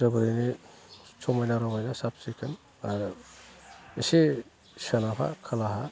जोबोरैनो समायना रमायना साब सिखोन आरो एसे सोनाबहा खोलाहा